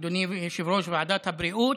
אדוני יושב-ראש ועדת הבריאות,